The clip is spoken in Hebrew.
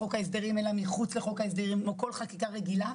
ההסדרים אלא מחוצה לו כמו כל חקיקה רגילה.